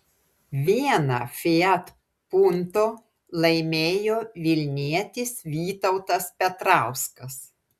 vieną fiat punto laimėjo vilnietis vytautas petrauskas